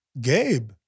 Gabe